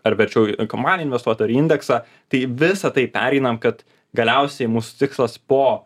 ar verčiau į ekomaniją investuot ar indeksą tai visą tai pereinam kad galiausiai mūsų tikslas po